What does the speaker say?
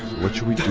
what should we